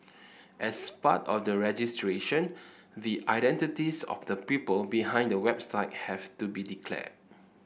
as part of the registration the identities of the people behind the website have to be declared